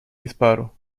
disparo